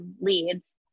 leads